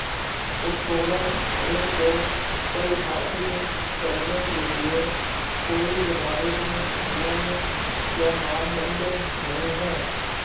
उत्तोलन ऋण को परिभाषित करने के लिए कोई निर्धारित नियम या मानदंड नहीं है